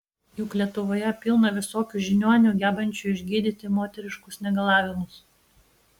juk lietuvoje pilna visokių žiniuonių gebančių išgydyti moteriškus negalavimus